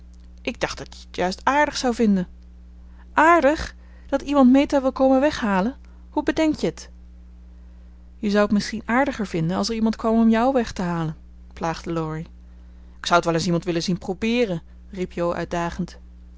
ik dacht dat je t juist aardig zou vinden aardig dat iemand meta wil komen weghalen hoe bedenk je t je zou het misschien aardiger vinden als er iemand kwam om jou weg te halen plaagde laurie ik zou t wel eens iemand willen zien probeeren riep jo uitdagend